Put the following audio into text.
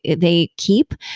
they keep.